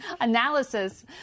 analysis